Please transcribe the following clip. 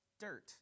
dirt